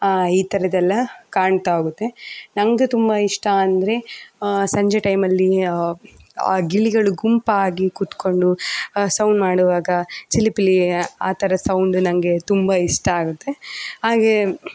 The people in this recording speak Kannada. ಈ ಥರದ್ದೆಲ್ಲ ಕಾಣ್ತಾಹೋಗುತ್ತೆ ನನಗೆ ತುಂಬ ಇಷ್ಟ ಅಂದರೆ ಸಂಜೆ ಟೈಮಲ್ಲಿ ಗಿಳಿಗಳು ಗುಂಪಾಗಿ ಕೂತ್ಕೊಂಡು ಸೌಂಡ್ ಮಾಡುವಾಗ ಚಿಲಿಪಿಲಿ ಆ ಥರ ಸೌಂಡು ನನಗೆ ತುಂಬ ಇಷ್ಟ ಆಗುತ್ತೆ ಹಾಗೆ